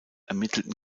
ermittelten